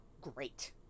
great